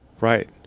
Right